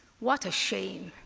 what a shame.